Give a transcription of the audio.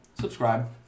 Subscribe